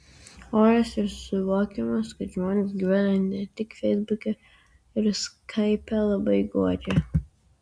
oras ir suvokimas kad žmonės gyvena ne tik feisbuke ir skaipe labai guodžia